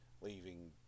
leaving